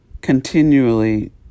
continually